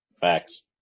facts